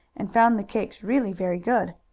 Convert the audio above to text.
and found the cakes really very good.